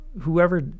whoever